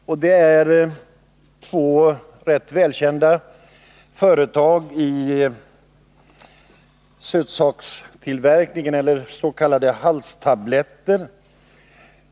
Motionen tar som exempel två rätt välkända företag i sötsaksbranschen, tillverkare av halstabletter.